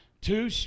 two